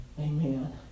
Amen